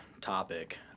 topic